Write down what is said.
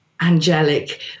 angelic